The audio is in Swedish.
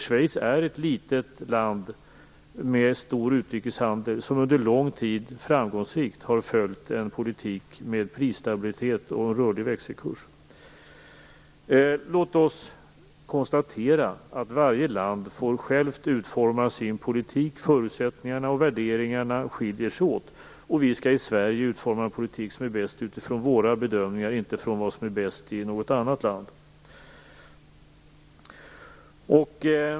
Schweiz är ett litet land med stor utrikeshandel som under lång tid framgångsrikt har följt en politik med prisstabilitet och rörlig växelkurs. Låt oss konstatera att varje land självt får utforma sin politik. Förutsättningarna och värderingarna skiljer sig åt. Vi i Sverige skall utforma den politik som är bäst utifrån våra bedömningar, inte från vad som är bäst i något annat land.